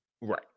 Right